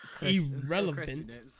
Irrelevant